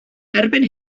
erbyn